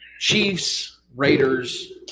Chiefs-Raiders